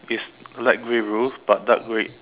it's light grey roof but dark grey